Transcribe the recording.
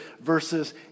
verses